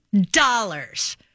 dollars